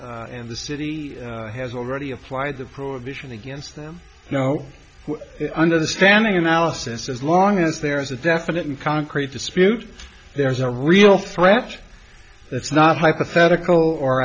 and the city has already applied the prohibition against them no understanding analysis as long as there is a definite and concrete dispute there's a real threat that's not hypothetical or